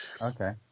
Okay